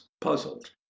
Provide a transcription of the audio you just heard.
puzzled